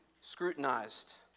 scrutinized